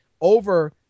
over